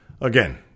again